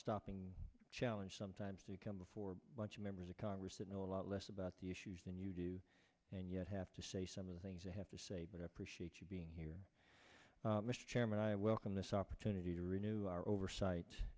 stopping challenge sometimes to come before lunch members of congress that know a lot less about the issues than you do and yet have to say some of the things they have to say but i appreciate you being here mr chairman i welcome this opportunity to renew our oversight